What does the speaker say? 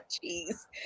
cheese